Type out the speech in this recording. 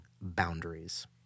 boundaries